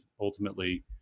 ultimately